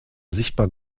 sichtbar